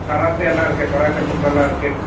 கராத்தேயெல்லாம் இருக்கு karate kung fu எல்லாம் இருக்கு